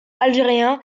algérien